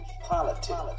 politics